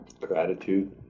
Gratitude